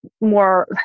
more